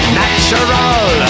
natural